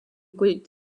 kuid